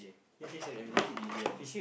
ya this got legit D_J one